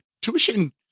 Tuition